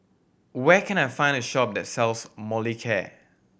where can I find a shop that sells Molicare